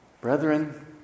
brethren